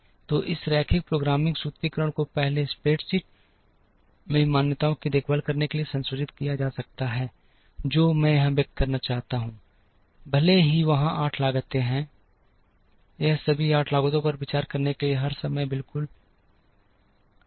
तो इस रैखिक प्रोग्रामिंग सूत्रीकरण को पहले स्प्रेडशीट में मान्यताओं की देखभाल करने के लिए भी संशोधित किया जा सकता है जो मैं यहां व्यक्त करना चाहता हूं भले ही वहां 8 लागतें हों यह सभी 8 लागतों पर विचार करने के लिए हर समय बिल्कुल आवश्यक नहीं है